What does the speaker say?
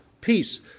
peace